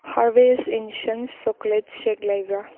harvest ꯑꯦꯟ ꯁꯟꯁ chocolate shake ꯂꯩꯕ꯭ꯔꯥ